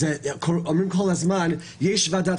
אומרים כל הזמן שיש ועדת